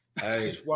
Hey